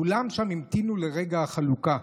כולם שם המתינו לרגע החלוקה,